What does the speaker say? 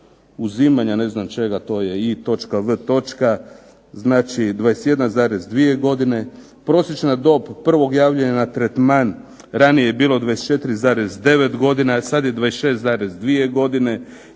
uzimanja ne znam čega to je i.v., znači 21,2 godine. Prosječna dob prvog javljanja na tretman, ranije je bilo 24,9 godina, a sad je 26,2 godine.